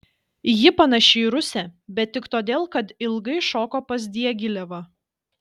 ji panaši į rusę bet tik todėl kad ilgai šoko pas diagilevą